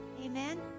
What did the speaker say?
Amen